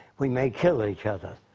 we may kill each other.